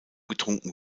getrunken